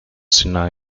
sinai